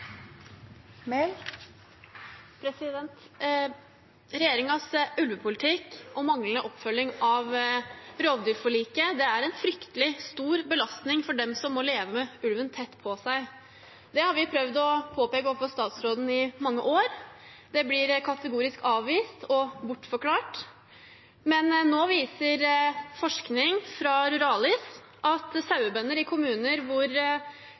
en fryktelig stor belastning for dem som må leve med ulven tett på seg. Det har vi prøvd å påpeke overfor statsråden i mange år. Det blir kategorisk avvist og bortforklart, men nå viser forskning fra Ruralis at sauebønder i kommuner hvor